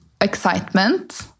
Excitement